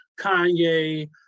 Kanye